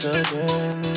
again